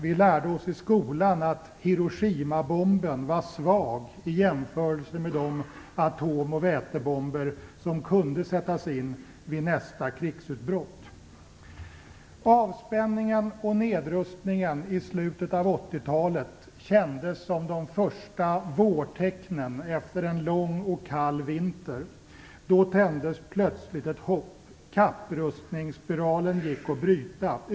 Vi lärde oss i skolan att Hiroshimabomben var svag i jämförelse med de atom och vätebomber som kunde sättas in vid nästa krigsutbrott. talet kändes som de första vårtecknen efter en lång och kall vinter. Då tändes plötsligt ett hopp. Kapprustningsspiralen gick att bryta.